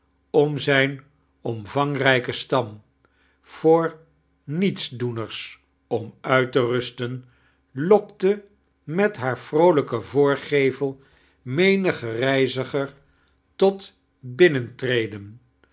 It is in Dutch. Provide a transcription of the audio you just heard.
om zijn omvangrijken stam voor nietedoeners om uit te rusten lokte met haar vroolijken voorgevel menigen reizigier tot binnentreden